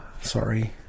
Sorry